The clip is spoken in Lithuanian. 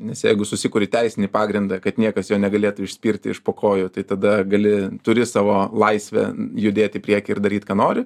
nes jeigu susikuri teisinį pagrindą kad niekas jo negalėtų išspirti iš po kojų tai tada gali turi savo laisvę judėt į priekį ir daryt ką nori